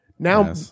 Now